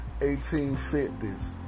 1850s